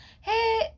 hey